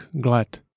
glad